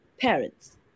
parents